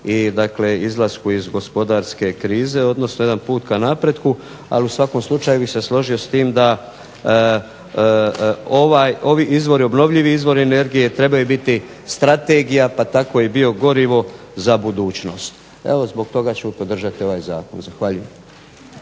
izlasku iz gospodarske krize, odnosno jedan put ka napretku. Ali, u svakom slučaju bih se složio s tim da ovi izvori, obnovljivi izvori energije trebaju biti strategija pa tako i biogorivo za budućnost. Evo zbog toga ću podržati ovaj zakon. Zahvaljujem.